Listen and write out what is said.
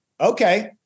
Okay